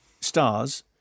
stars